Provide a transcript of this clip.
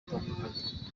butandukanye